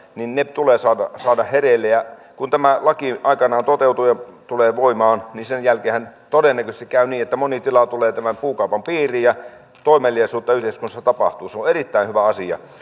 tulee saada saada hereille kun tämä laki aikanaan toteutuu ja tulee voimaan niin sen jälkeenhän todennäköisesti käy niin että moni tila tulee tämän puukaupan piiriin ja toimeliaisuutta yhteiskunnassa tapahtuu se on erittäin hyvä asia